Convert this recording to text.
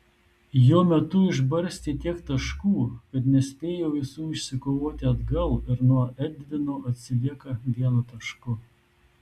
jo metu išbarstė tiek taškų kad nespėjo visų išsikovoti atgal ir nuo edvino atsilieka vienu tašku